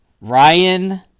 Ryan